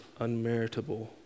unmeritable